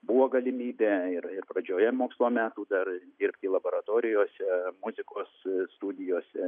buvo galimybė ir ir pradžioje mokslo metų dar ir laboratorijose muzikos studijose